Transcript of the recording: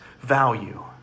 value